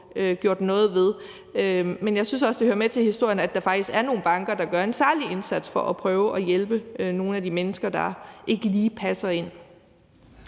gjort noget ved. Men jeg synes også, det hører med til historien, at der faktisk er nogle banker, der gør en særlig indsats for at prøve at hjælpe nogle af de mennesker, der ikke lige passer ind.